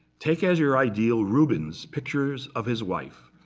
take as your ideal, ruben's pictures of his wife.